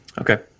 Okay